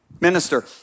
Minister